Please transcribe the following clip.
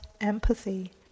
empathy